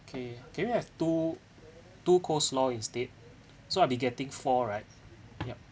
okay can we have two two coleslaw instead so I'll be getting four right yup